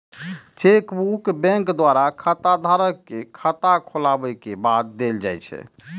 chequebook bank द्वारा खाताधारक कें खाता खोलाबै के बाद देल जाइ छै